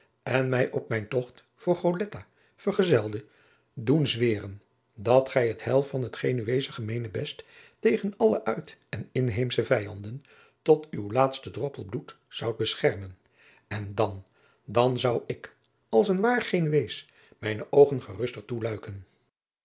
en mij op mijn togt voor goletta vergezelde doen zweren dat gij het heil van het genueesch gemeenebest tegen alle uit en inheemsche vijanden tot uw laatsten droppel bloed zoudt belchermen en dan dan zou ik als een waar genuees mijne oogen geruster toeluiken